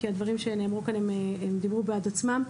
כי הדברים שנאמרו כאן מדברים בעד עצמם,